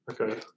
Okay